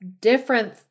different